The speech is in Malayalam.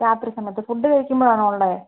രാത്രി സമയത്ത് ഫുഡ് കഴിക്കുമ്പോൾ ആണോ ഉള്ളത്